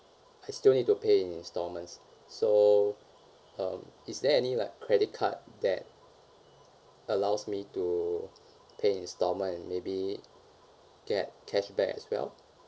I still need to pay in instalments so um is there any like credit card that allows me to pay in instalment and maybe get cashback as well